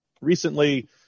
recently